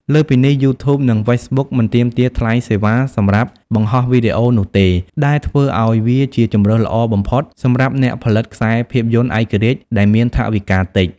លើសពីនេះ យូធូបនិងហ្វេសប៊ុកមិនទាមទារថ្លៃសេវាសម្រាប់បង្ហោះវីដេអូនោះទេ ដែលធ្វើឲ្យវាជាជម្រើសល្អបំផុតសម្រាប់អ្នកផលិតខ្សែភាពយន្តឯករាជ្យដែលមានថវិកាតិច។